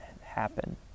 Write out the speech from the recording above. happen